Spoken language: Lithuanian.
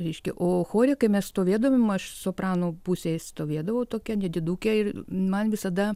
reiškia o chore kai mes stovėdavom aš sopranų pusėj stovėdavau tokia nedidukė ir man visada